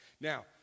Now